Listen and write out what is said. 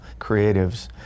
creatives